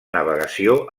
navegació